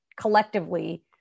collectively